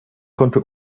konnte